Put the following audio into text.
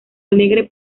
alegre